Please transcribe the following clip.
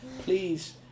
please